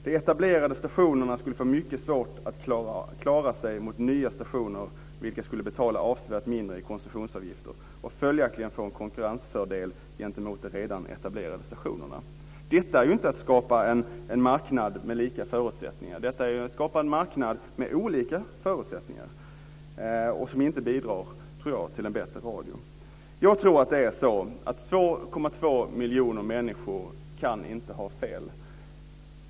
De etablerade stationerna skulle få mycket svårt att klara sig mot nya stationer, vilka skulle betala avsevärt mindre i koncessionsavgifter och följaktligen få en konkurrensfördel gentemot de redan etablerade stationerna. Detta är inte att skapa en marknad med lika förutsättningar. Detta är att skapa en marknad med olika förutsättningar som inte bidrar till en bättre radio. Jag tror att 2,2 miljoner människor inte kan ha fel.